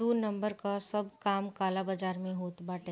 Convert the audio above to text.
दू नंबर कअ सब काम काला बाजार में होत बाटे